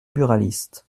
buralistes